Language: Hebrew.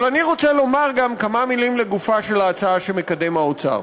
אבל אני רוצה לומר גם כמה מילים לגופה של ההצעה שמקדם האוצר.